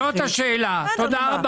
תודה.